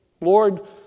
Lord